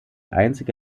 einzige